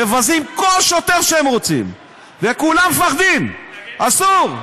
מבזים כל שוטר שהם רוצים, וכולם מפחדים, אסור.